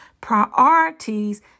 priorities